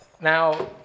now